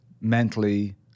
mentally